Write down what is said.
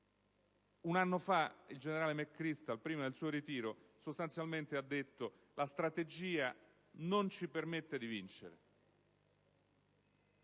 Un anno fa il generale McChrystal, prima del suo ritiro, ha sostanzialmente affermato che la strategia adottata non permette di vincere.